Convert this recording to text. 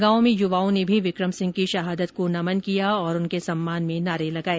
गांव में युवाओं ने भी विकम सिंह की शहादत को नमन किया और उनके सम्मान में नारे लगाए